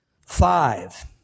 Five